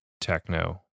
techno